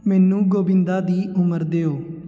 ਮੈਨੂੰ ਗੋਵਿੰਦਾ ਦੀ ਉਮਰ ਦਿਓ